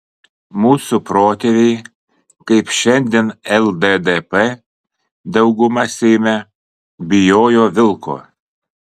mūsų protėviai kaip šiandien lddp dauguma seime bijojo vilko